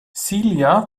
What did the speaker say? silja